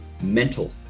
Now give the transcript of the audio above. mental